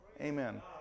Amen